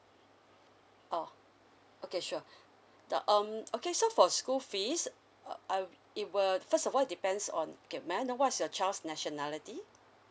orh okay sure the um okay so for your school fees uh it will first of all it depends on okay may I know what's your child's nationality